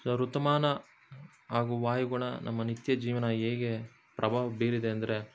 ಋತುಮಾನ ಹಾಗೂ ವಾಯುಗುಣ ನಮ್ಮ ನಿತ್ಯ ಜೀವನ ಹೇಗೆ ಪ್ರಭಾವ ಬೀರಿದೆ ಅಂದರೆ